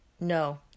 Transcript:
No